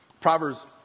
Proverbs